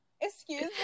Excuse